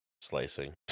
slicing